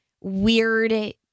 weird